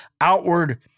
outward